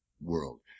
world